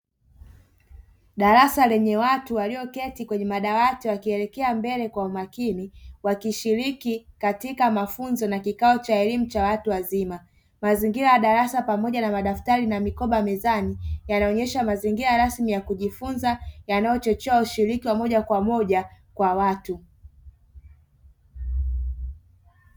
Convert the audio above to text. Darasa lenye watu walioketi kwenye madawati wakielekea mbele kwa umakini, wakishiriki katika mafunzo na kikao cha elimu ya watu wazima. Mazingira ya darasa pamoja na madaftari na mikoba mezani, yanaonyesha mazingira rasmi ya kujifunza, yanayochochea ushiriki wa moja kwa moja kwa watu.